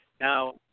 Now